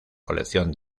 colección